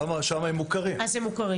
שם הם מוכרים.